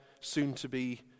soon-to-be